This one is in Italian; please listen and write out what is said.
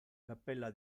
cappella